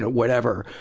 whatever,